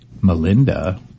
Melinda